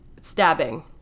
stabbing